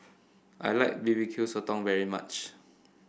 I like B B Q Sotong very much